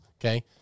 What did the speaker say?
Okay